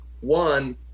one